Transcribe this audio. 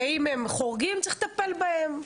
ואם הם חורגים, צריך לטפל בהם.